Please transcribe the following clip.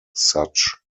such